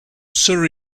sir